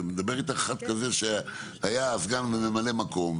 ומדבר איתך אחד כזה שהיה סגן וממלא מקום,